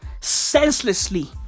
senselessly